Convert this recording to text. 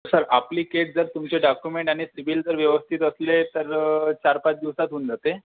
sir आपली case जर तुमचे डाकूमेंट आणि सिबिल जर व्यवस्थित असले तर चार पाच दिवसात होऊन जाते